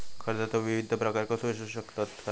कर्जाचो विविध प्रकार असु शकतत काय?